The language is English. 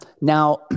Now –